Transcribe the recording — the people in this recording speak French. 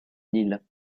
nil